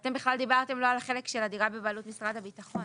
ואתם דיברתם לא רק על החלק של הדירה בבעלות משרד הביטחון